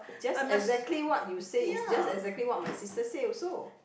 just exactly what you say is just exactly what my sister say also